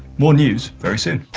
more news very soon.